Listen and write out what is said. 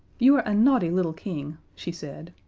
you are a naughty little king, she said,